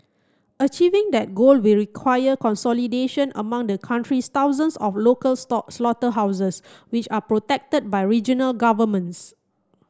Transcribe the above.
achieving that goal will require consolidation among the country's thousands of local slaughterhouses which are protected by regional governments